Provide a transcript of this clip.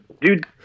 Dude